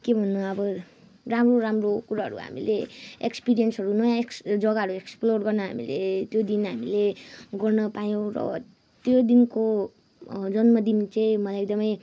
के भन्नु अब राम्रो राम्रो कुराहरू हामीले एक्सपिरिएन्सहरू नयाँ जग्गा एक्सप्लोर गर्न हामीले त्यो दिन हामीले गर्न पायौँ र त्यो दिनको जन्मदिन चाहिँ म एकदमै